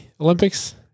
Olympics